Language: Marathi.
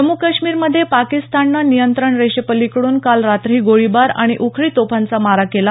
जम्मू काश्मीरमध्ये पाकिस्ताननं नियंत्रण रेषेपलिकडून काल रात्रीही गोळीबार आणि उखळी तोफांचा मारा केला